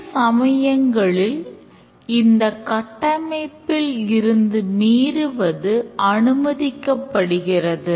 சில சமயங்களில் இந்தக் கட்டமைப்பில் இருந்து மீறுவது அனுமதிக்கப்படுகிறது